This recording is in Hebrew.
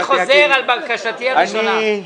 רגע, אני חוזר על בקשתי הראשונה.